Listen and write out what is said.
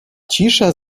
cisza